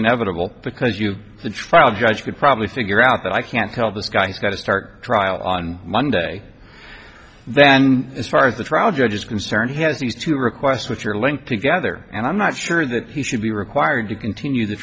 inevitable because you the trial judge could probably figure out that i can't tell this guy's got to start trial on monday then as far as the trial judge is concerned he has these two requests which are linked together and i'm not sure that he should be required to continue the